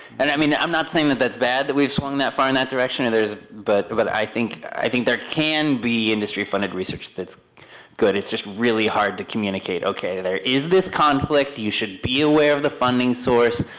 and i mean i'm not saying that that's bad, that we've swung that far in that direction. and but but but i think i think there can be industry funded research that's good, it's just really hard to communicate, okay there is this conflict, you should be aware of the funding source,